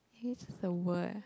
here's the word